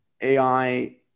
AI